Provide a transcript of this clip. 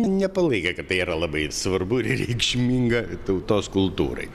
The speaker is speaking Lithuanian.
nepalaikė kad tai yra labai svarbu ir reikšminga tautos kultūrai